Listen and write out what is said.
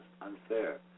Unfair